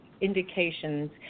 indications